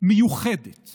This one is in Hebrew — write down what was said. מיוחדת